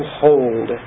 hold